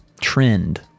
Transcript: trend